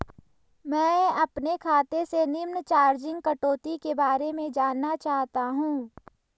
मैं अपने खाते से निम्न चार्जिज़ कटौती के बारे में जानना चाहता हूँ?